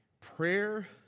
Prayer